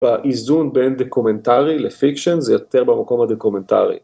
באיזון בין דקומנטרי לפיקשן זה יותר במקום הדקומנטרי